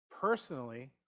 personally